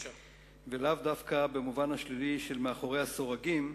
ולאו דווקא במובן השלילי של "מאחורי הסורגים".